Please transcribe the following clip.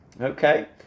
Okay